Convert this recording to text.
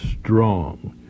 strong